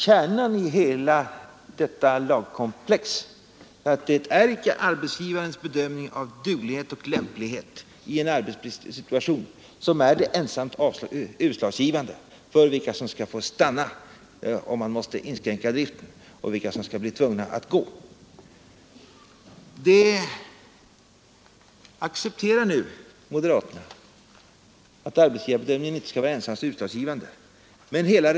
Kärnan i detta lagkomplex är i själva verket att det icke är arbetsgivarens bedömning av duglighet och lämplighet i en arbetssituation som skall vara det ensamt utslagsgivande när det gäller vilka som skall få stanna om man måste inskränka driften och vilka som skall bli tvungna att gå. Att arbetsgivarens bedömning inte ensam skall vara utslagsgivande accepterar moderaterna.